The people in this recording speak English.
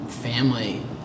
Family